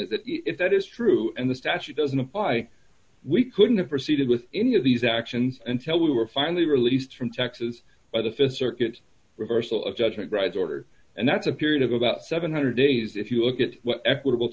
is that if that is true and the statute doesn't apply we couldn't have receded with any of these actions until we were finally released from texas by the fist circuit reversal of judgment right order and that's a period of about seven hundred days if you look at what equitable